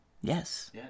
Yes